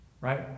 right